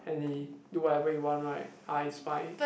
and he do whatever he want right ah is fine